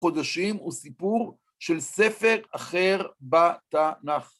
קודשים הוא סיפור של ספר אחר בתנ״ך.